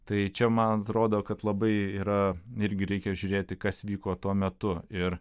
tai čia man atrodo kad labai yra irgi reikia žiūrėti kas vyko tuo metu ir